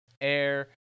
Air